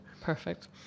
perfect